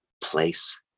place